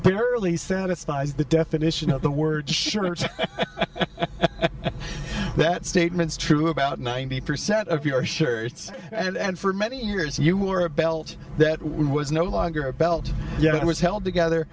barely satisfies the definition of the word surely that statement is true about ninety percent of your shirts and for many years you were a belt that was no longer a belt yet it was held together